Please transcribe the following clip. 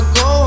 go